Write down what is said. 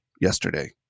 yesterday